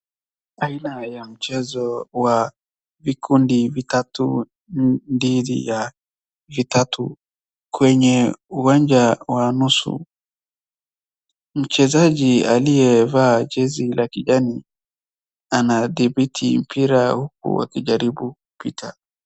Aina ya mchezo wa vikundi vitatu dhidi ya vitatu kwenye uwanja wa nusu. Mchezaji aliyevaa jezi la kijani anadhibiti mpira huku akijaribu kupita.